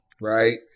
right